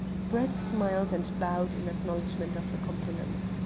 brett smiled and bowed in acknowledgment of the compliment.